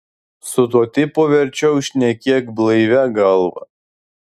su tuo tipu verčiau šnekėk blaivia galva